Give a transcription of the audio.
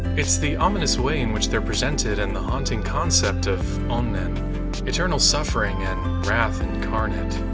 it's the ominous way in which they're presented and the haunting concept of onnen eternal suffering and wrath incarnate.